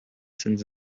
sends